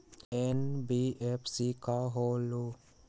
NBFC का होलहु?